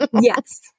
yes